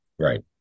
Right